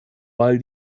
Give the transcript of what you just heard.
weil